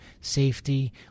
safety